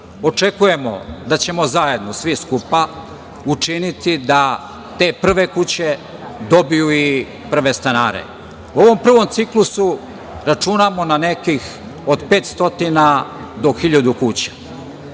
Očekujemo da ćemo zajedno svi skupa učiniti da te prve kuće dobiju i prve stanare.U ovom prvom ciklusu računamo na nekih od 500 do 1.000 kuća.